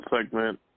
segment